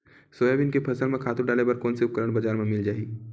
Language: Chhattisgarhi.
सोयाबीन के फसल म खातु डाले बर कोन से उपकरण बजार म मिल जाहि?